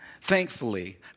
thankfully